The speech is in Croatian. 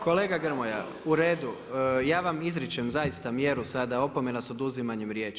Kolega Grmoja, uredu, ja vam izričem zaista mjeru sada opomena s oduzimanjem riječi.